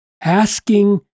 asking